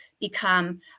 become